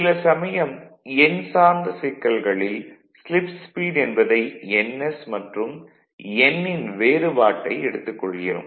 சில சமயம் எண் சார்ந்த சிக்கல்களில் ஸ்லிப் ஸ்பீடு என்பதை ns மற்றும் n ன் வேறுபாட்டை எடுத்துக் கொள்கிறோம்